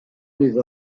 des